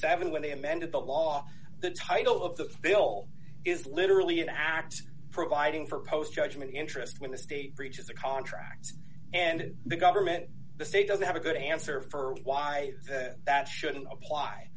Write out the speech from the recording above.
seven when they amended the law the title of the bill is literally an act providing post judgment interest when the state breaches the contracts and the government the state doesn't have a good answer for why that shouldn't apply